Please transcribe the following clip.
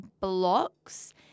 blocks